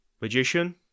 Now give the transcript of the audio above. magician